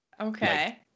Okay